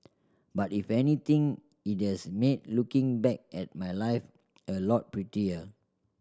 but if anything it has made looking back at my life a lot prettier